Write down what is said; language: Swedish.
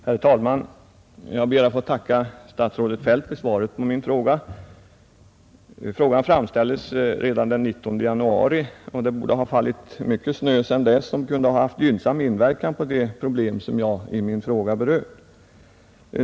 Herr talman! Jag ber att få tacka statsrådet Feldt för svaret på min fråga. Frågan framställdes redan den 19 januari, och det borde ha fallit mycket snö sedan dess som kunde ha haft gynnsam inverkan på de problem som jag i min fråga berört.